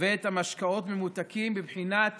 ואת המשקאות הממותקים בבחינת